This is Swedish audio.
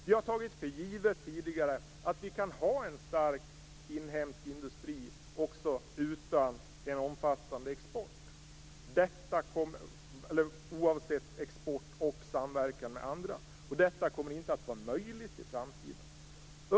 Vi har tidigare tagit för givet att vi kan ha en stark inhemsk industri oavsett export och samverkan med andra. Detta kommer inte att vara möjligt i framtiden.